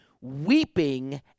weeping